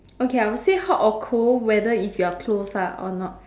okay I would say hot or cold whether if you are close lah or not